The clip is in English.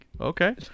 okay